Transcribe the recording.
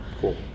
cool